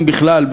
אם בכלל,